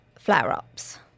flare-ups